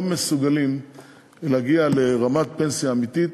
לא מסוגלים להגיע לרמת פנסיה אמיתית